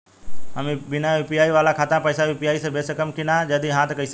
हम बिना यू.पी.आई वाला खाता मे पैसा यू.पी.आई से भेज सकेम की ना और जदि हाँ त कईसे?